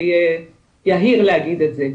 זה יהיה יהיר להגיד את זה.